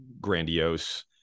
grandiose